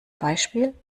beispiel